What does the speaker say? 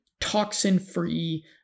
toxin-free